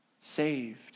saved